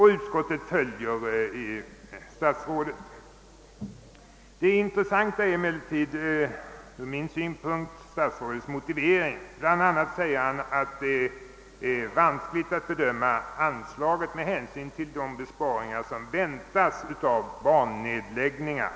Utskottet har också följt statsrådet i det fallet. Det intressanta ur min synpunkt är emellertid statsrådets motivering. Bland annat uttalar han att det är vanskligt att bedöma anslaget med hänsyn till de framställningar som väntas om bannedläggningar.